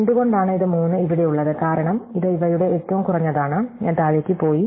എന്തുകൊണ്ടാണ് ഇത് 3 ഇവിടെയുള്ളത് കാരണം ഇത് ഇവയുടെ ഏറ്റവും കുറഞ്ഞതാണ് ഞാൻ താഴേക്ക് പോയി